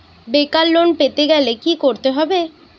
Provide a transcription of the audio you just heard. বেকার লোন পেতে গেলে কি করতে হবে?